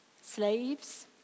Slaves